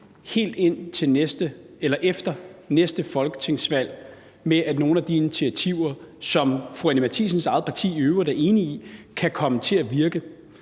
helt til efter næste folketingsvalg på, at nogle af de initiativer, som fru Anni Matthiesens eget parti i øvrigt er enig i, kan komme til at virke?